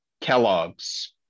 kellogg's